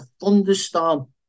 thunderstorm